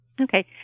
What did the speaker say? Okay